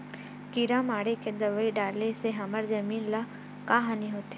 किड़ा मारे के दवाई डाले से हमर जमीन ल का हानि होथे?